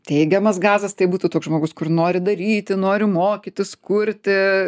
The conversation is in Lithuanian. teigiamas gazas tai būtų toks žmogus kur nori daryti noriu mokytis kurti